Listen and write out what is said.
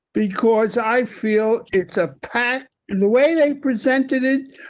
because i feel it's a pack the way they presented it.